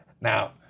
Now